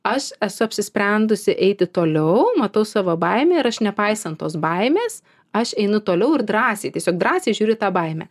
aš esu apsisprendusi eiti toliau matau savo baimę ir aš nepaisant tos baimės aš einu toliau ir drąsiai tiesiog drąsiai žiūriu į tą baimę